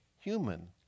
human